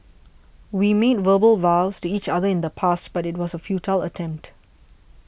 we made verbal vows to each other in the past but it was a futile attempt